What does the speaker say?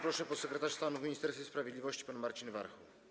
Proszę, podsekretarz stanu w Ministerstwie Sprawiedliwości pan Marcin Warchoł.